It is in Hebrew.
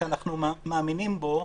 כי אנחנו מאמינים בו,